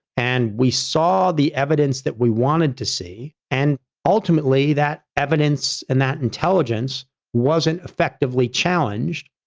and we saw the evidence that we wanted to see. and ultimately, that evidence and that intelligence wasn't effectively challenged.